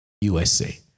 USA